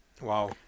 Wow